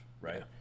right